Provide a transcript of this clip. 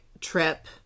trip